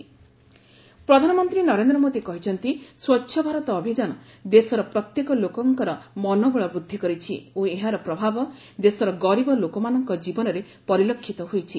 PM ସ୍ୱଚ୍ଛ ଭାରତ ଅଭିଯାନ ପ୍ରଧାନମନ୍ତ୍ରୀ ନରେନ୍ଦ୍ର ମୋଦୀ କହିଛନ୍ତି ସ୍ପଚ୍ଛ ଭାରତ ଅଭିଯାନ ଦେଶର ପ୍ରତ୍ୟେକ ଲୋକଙ୍କର ମନୋବଳ ବୃଦ୍ଧି କରିଛି ଓ ଏହାର ପ୍ରଭାବ ଦେଶର ଗରିବ ଲୋକମାନଙ୍କ ଜୀବନରେ ପରିଲକ୍ଷିତ ହୋଇଛି